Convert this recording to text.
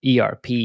ERP